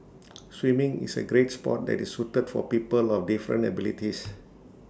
swimming is A great Sport that is suited for people of different abilities